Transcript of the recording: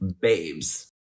babes